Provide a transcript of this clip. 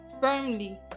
firmly